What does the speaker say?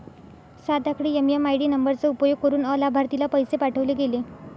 सात आकडी एम.एम.आय.डी नंबरचा उपयोग करुन अलाभार्थीला पैसे पाठवले गेले